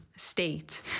state